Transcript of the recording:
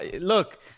Look